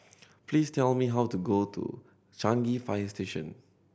please tell me how to get to Changi Fire Station